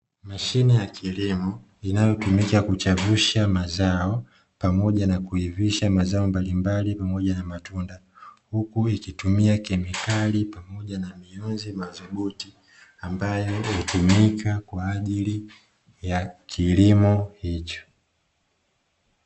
Mashine ya kilimo inayotumika kuchevusha mazao pamoja na kuivisha mazao mbalimbali pamoja na matunda, huku ikitumia kemikali pamoja na mionzi madhubuti ambayo hutumika kwa ajili ya kilimo hicho.